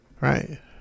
right